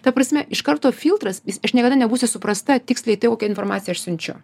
ta prasme iš karto filtras jis aš niekada nebūsiu suprasta tiksliai tai kokią informaciją aš siunčiu